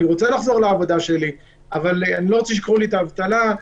אני רוצה לחזור לעבודה שלי אבל אני לא רוצה שייקחו לי את דמי האבטלה,